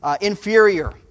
inferior